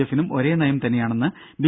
എഫി നും ഒരേ നയംതന്നെയാണെന്ന് ബി